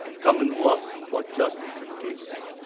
common work for justice and peace,